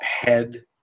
head